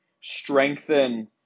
strengthen